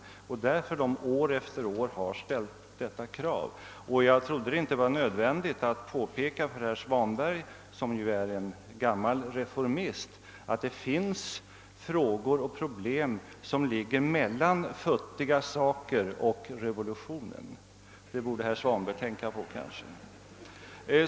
Och det är därför de år efter år ställt detta krav. Jag trodde inte det var nödvändigt att för herr Svanberg, som är gammal reformist, påpeka att det finns frågor och problem, som ligger mellan futtiga saker och revolutionen. Det borde herr Svanberg kanske tänka på.